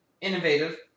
innovative